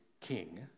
king